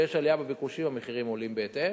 כשיש עלייה בביקושים המחירים עולים בהתאם.